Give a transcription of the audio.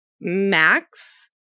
max